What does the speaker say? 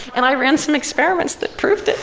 and i ran some experiments that proved